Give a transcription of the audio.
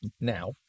now